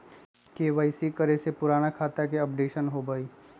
KYC करें से पुराने खाता के अपडेशन होवेई?